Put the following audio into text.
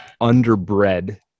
underbred